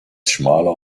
schmaler